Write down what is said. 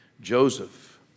Joseph